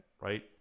right